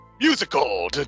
musical